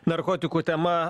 narkotikų tema